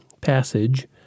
passage